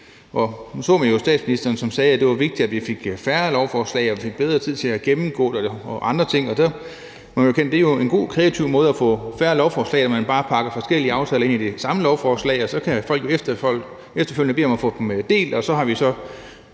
Nu så man jo statsministeren, som sagde, at det var vigtigt, at vi fik færre lovforslag og vi fik bedre tid til at gennemgå det og andre ting. Der må man jo erkende, at det er en god, kreativ måde at få færre lovforslag på, at man bare pakker forskellige aftaler ind i det samme lovforslag, og så kan folk jo efterfølgende bede om at få dem delt, og så har vi jo